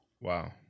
Wow